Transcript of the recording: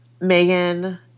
Megan